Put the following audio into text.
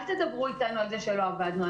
אל תדברו אתנו על זה שלא עבדנו.